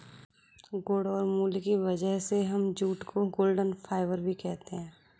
गुण और मूल्य की वजह से हम जूट को गोल्डन फाइबर भी कहते है